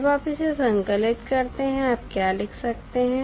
जब आप इसे संकलित करते हैं आप क्या लिख सकते हैं